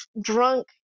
drunk